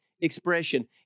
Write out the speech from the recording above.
expression